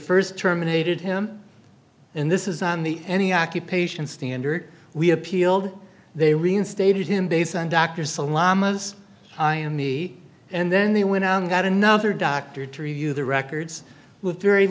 first terminated him in this is on the any accusation standard we appealed they reinstated him based on dr salaam as i am he and then they went out and got another doctor to review the records with very